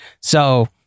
So-